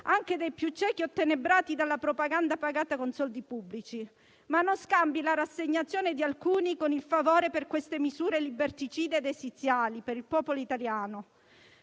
anche dei più ciechi, ottenebrati dalla propaganda pagata con soldi pubblici. Non scambi però la rassegnazione di alcuni con il favore per queste misure liberticide ed esiziali per il popolo italiano.